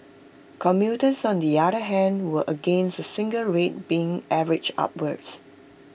commuters on the other hand were against A single rate being averaged upwards